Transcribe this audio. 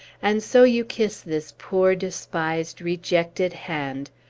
and so you kiss this poor, despised, rejected hand!